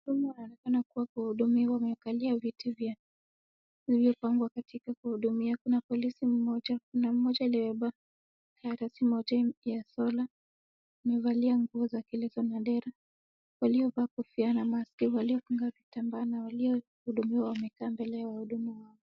Huduma inaonekana kuwa ya kuhudumiwa, wamekalia viti vilivyopangwa katika kuhudumia. Kuna polisi mmoja. Kuna mmoja aliyebeba karatasi moja ya sola. Amevalia nguo za kilezo na dera. Waliovaa kofia na maski, waliovaa kitambaa na waliohudumiwa wamekaa mbele ya wahudumu wao.